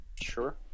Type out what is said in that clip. Sure